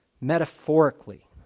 metaphorically